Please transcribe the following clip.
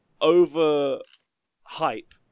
over-hype